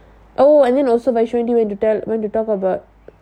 oh and then also went to talk about